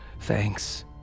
Thanks